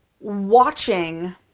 watching